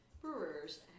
Brewers